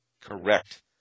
Correct